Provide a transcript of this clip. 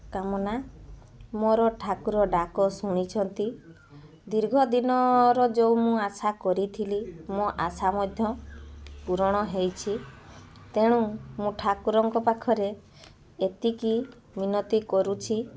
କାମନା ମୋର ଠାକୁର ଡାକ ଶୁଣିଛନ୍ତି ଦୀର୍ଘ ଦିନର ଯେଉଁ ମୁଁ ଆଶା କରିଥିଲି ମୋ ଆଶା ମଧ୍ୟ ପୂରଣ ହୋଇଛି ତେଣୁ ମୁଁ ଠାକୁରଙ୍କ ପାଖରେ ଏତିକି ମିନତି କରୁଛି